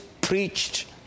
preached